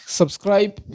subscribe